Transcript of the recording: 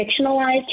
fictionalized